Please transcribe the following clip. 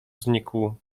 znikł